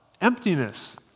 emptiness